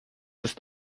ist